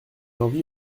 envie